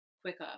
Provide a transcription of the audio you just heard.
quicker